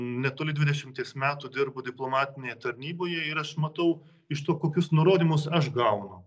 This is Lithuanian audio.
netoli dvidešimties metų dirbu diplomatinėje tarnyboje ir aš matau iš to kokius nurodymus aš gaunu